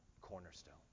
cornerstone